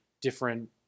different